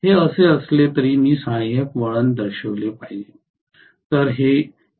हे असे असले तरी मी सहाय्यक वळण दर्शविले पाहिजे